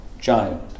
child